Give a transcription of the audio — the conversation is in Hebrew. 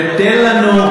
ותן לנו,